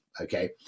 okay